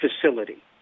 facility